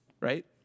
right